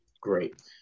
great